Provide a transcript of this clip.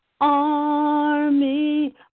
army